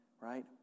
right